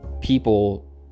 people